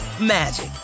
magic